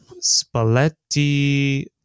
Spalletti